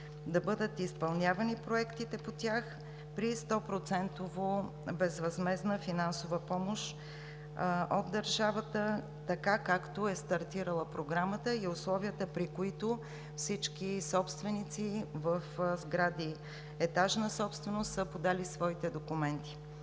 да бъдат изпълнявани проектите по тях при 100% безвъзмездна финансова помощ от държавата, така както е стартирала Програмата и условията, при които всички собственици в сгради етажна собственост са подали своите документи.